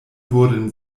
wurden